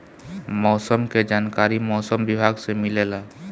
मौसम के जानकारी मौसम विभाग से मिलेला?